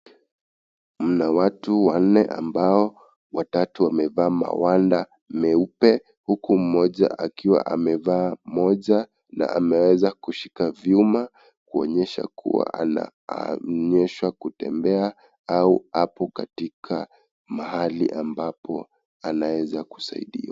Mna watu wanne ambao watatu wamevaa magwanda meupe huku mmoja akiwa amevaa moja na ameweza kushika vyuma kuonyesha kuwa anaonyeshwa kutembea au apo katika mahali ambapo anaeza kusaidiwa.